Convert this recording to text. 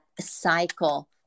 cycle